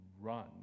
run